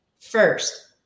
first